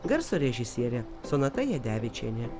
garso režisierė sonata jadevičienė